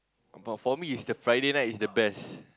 but for me is the Friday night is the best